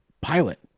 pilot